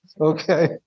okay